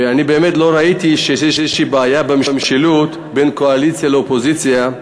ואני באמת לא ראיתי שיש איזושהי בעיה במשילות בין קואליציה לאופוזיציה,